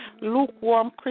lukewarm